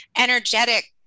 energetic